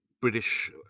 British